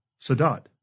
Sadat